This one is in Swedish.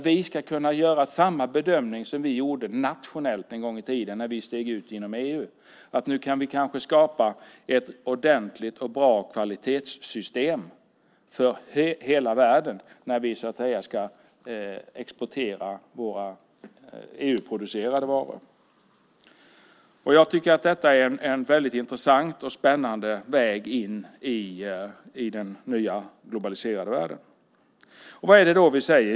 Vi ska kunna göra samma bedömning som vi gjorde nationellt en gång i tiden när vi steg ut i EU, nämligen att vi nu kan skapa ett ordentligt och bra kvalitetssystem för hela världen när vi ska exportera våra EU-producerade varor. Detta är en intressant och spännande väg in i den nya globaliserade världen. Vad är det då vi säger?